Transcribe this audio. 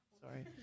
sorry